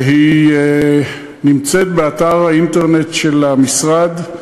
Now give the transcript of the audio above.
והיא נמצאת באתר האינטרנט של המשרד,